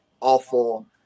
awful